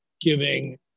giving